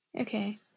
Okay